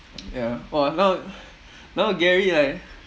ya !wah! now now gary like